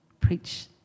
Preach